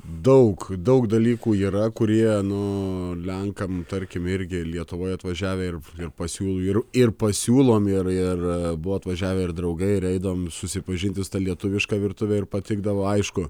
daug daug dalykų yra kurie nu lenkam tarkim irgi lietuvoje atvažiavę ir ir pasiūlau ir ir pasiūlom ir ir buvo atvažiavę ir draugai ir eidavom susipažinti su ta lietuviška virtuve ir patikdavo aišku